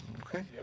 Okay